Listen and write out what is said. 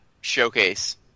showcase